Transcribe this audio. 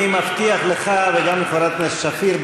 אני מבטיח לך וגם לחברת הכנסת שפיר,